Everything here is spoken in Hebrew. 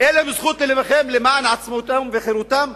אין זכות להילחם למען עצמאותם וחירותם?